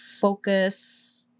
focus